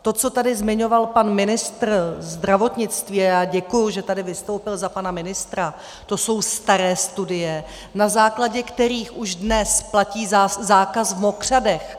To, co tady zmiňoval pan ministr zdravotnictví, a já děkuji, že tady vystoupil za pana ministra, to jsou staré studie, na základě kterých už dnes platí zákaz v mokřadech.